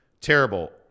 terrible